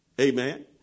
Amen